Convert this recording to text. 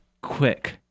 quick